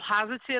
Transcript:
positive